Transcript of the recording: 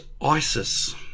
ISIS